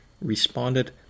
responded